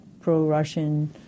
pro-Russian